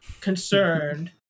concerned